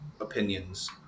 opinions